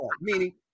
meaning